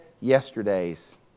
yesterdays